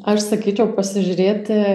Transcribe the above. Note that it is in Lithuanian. aš sakyčiau pasižiūrėti